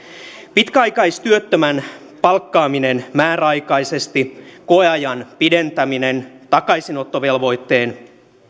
pitkäaikaistyöttömän palkkaaminen määräaikaisesti koeajan pidentäminen takaisinottovelvoitteen